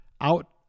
out